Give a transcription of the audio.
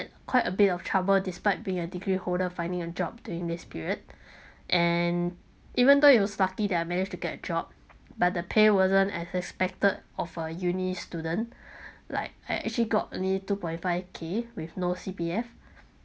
had quite a bit of trouble despite being a degree holder finding a job during this period and even though it was lucky that I managed to get a job but the paid wasn't as expected of a uni student like I actually got only two point five K with no C_P_F